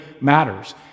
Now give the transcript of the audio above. matters